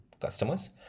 customers